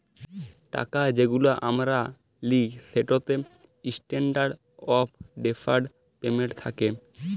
টাকা যেগুলা আমরা লিই সেটতে ইসট্যান্ডারড অফ ডেফার্ড পেমেল্ট থ্যাকে